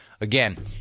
Again